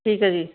ਠੀਕ ਹੈ ਜੀ